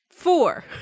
Four